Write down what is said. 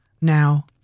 Now